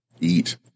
eat